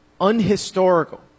unhistorical